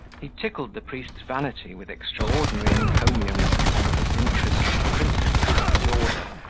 he tickled the priest's vanity with extraordinary encomiums upon the disinterested principles of his order,